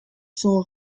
son